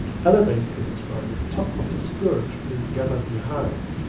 elevate it by the top of the skirt being gathered behind,